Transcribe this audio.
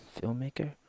filmmaker